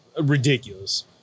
ridiculous